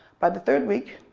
by the third week,